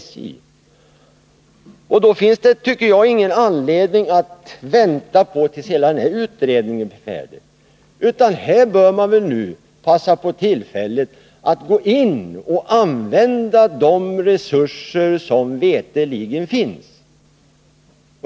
Därför tycker jag inte att det finns någon anledning att vänta tills hela den utredningen blir färdig, utan jag anser att man bör passa på tillfället att använda de resurser som veterligen finns.